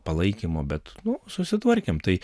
palaikymo bet nu susitvarkėm tai